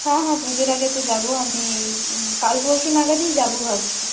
হ্যাঁ হ্যাঁ পুজোর আগে তো যাব আমি এই কাল পরশু নাগাদই যাব ভাবছি